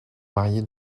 mariés